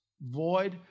void